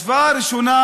השוואה ראשונה